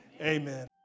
Amen